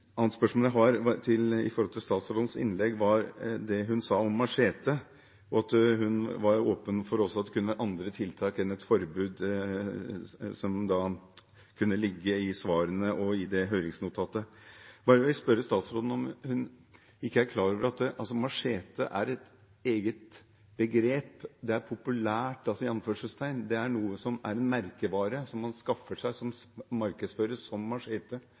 annet spørsmål til statsrådens innlegg gjelder det hun sa om machete, og at hun var åpen for at andre tiltak enn et forbud kunne ligge i svarene og i høringsnotatet. Jeg vil spørre statsråden om hun ikke er klar over at machete er et eget begrep. Det er «populært». Det er en merkevare man skaffer seg, som